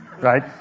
Right